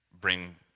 bring